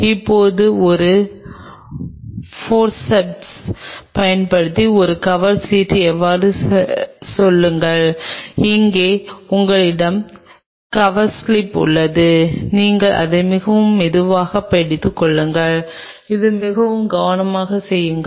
இப்போது ஒரு ஃபோர்செப்ஸைப் பயன்படுத்தி ஒரு கவர் சீட்டு என்று சொல்லுங்கள் இங்கே உங்களிடம் கவர்ஸ்லிப் உள்ளது நீங்கள் அதை மிகவும் மெதுவாகப் பிடித்துக் கொள்ளுங்கள் இது மிகவும் கவனமாக செய்யுங்கள்